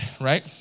right